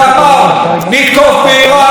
שאמר: נתקוף באיראן,